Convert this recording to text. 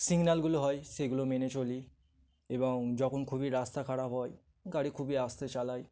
সিগনালগুলো হয় সেগুলো মেনে চলি এবং যখন খুবই রাস্তা খারাপ হয় গাড়ি খুবই আস্তে চালায়